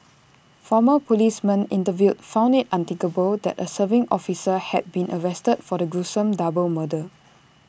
former policemen interviewed found IT unthinkable that A serving officer had been arrested for the gruesome double murder